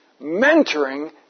mentoring